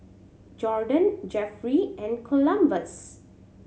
Jorden Jefferey and Columbus